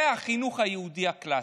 זה החינוך היהודי הקלאסי.